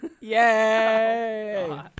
Yay